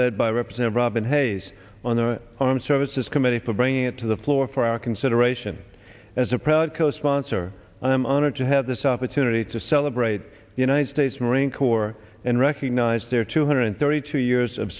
led by represent robin hayes on the armed services committee for bringing it to the floor for our consideration as a proud co sponsor i am honored to have this opportunity to celebrate the united states marine corps and recognize their two hundred thirty two years of